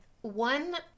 one